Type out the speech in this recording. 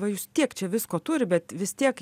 va jūs tiek čia visko turi bet vis tiek